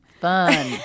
Fun